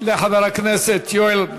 לחבר הכנסת יואל רזבוזוב.